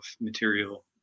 material